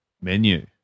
menu